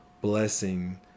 blessing